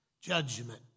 judgment